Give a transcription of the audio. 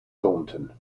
thornton